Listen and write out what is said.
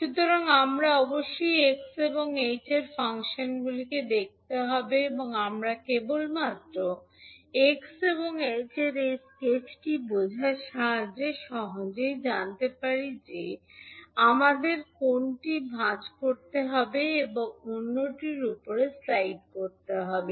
সুতরাং আমাদের অবশ্যই x এবং h এর ফাংশনগুলি দেখতে হবে এবং আমরা কেবলমাত্র x এবং h এর স্কেচটি বোঝার সাহায্যে সহজেই জানতে পারি যে আমাদের কোনটি ভাঁজ করতে হবে এবং অন্যটির উপরে স্লাইড করতে হবে